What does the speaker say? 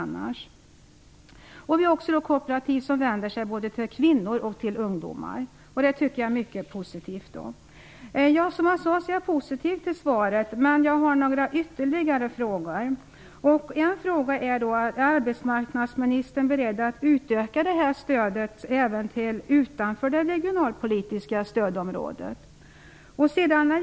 Vi har också kooperativ som vänder sig både till kvinnor och till ungdomar. Även detta tycker jag är positivt. Som jag sade är jag positiv till svaret, men jag har ytterligare några frågor. En fråga är: Är arbetsmarknadsministern beredd att utöka detta stöd även utanför det regionalpolitiska stödområdet?